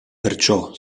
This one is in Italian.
perciò